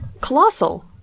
Colossal